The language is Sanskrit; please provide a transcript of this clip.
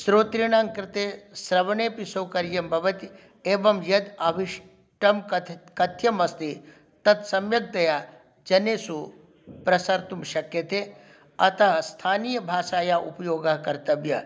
श्रोतॄणां कृते श्रवणेऽपि सौकर्यं भवति एवं यत् आविष्टं कथ कथ्यं अस्ति तत् सम्यक्तया जनेषु प्रसर्तुं शक्यते अतः स्थानीयभाषायाः उपयोगः कर्तव्यः